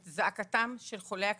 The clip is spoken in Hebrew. את זעקתם של חולי הכליות.